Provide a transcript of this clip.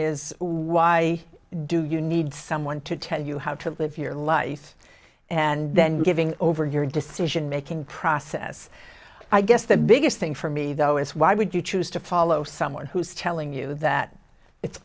is why do you need someone to tell you how to live your life and then giving over your decision making process i guess the biggest thing for me though is why would you choose to follow someone who's telling you that it's